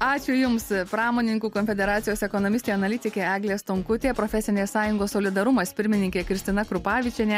ačiū jums pramonininkų konfederacijos ekonomistė analitikė eglė stonkutė profesinės sąjungos solidarumas pirmininkė kristina krupavičienė